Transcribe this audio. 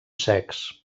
secs